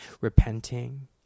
repenting